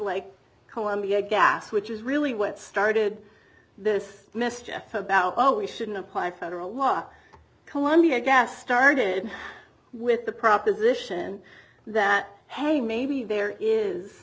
like columbia gas which is really what started this mischief about oh we shouldn't apply federal law to columbia gas started with the proposition that has a maybe there is